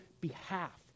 behalf